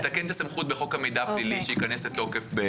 לתקן את הסמכות בחוק המידע הפלילי, שייכנס לתוקף.